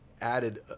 added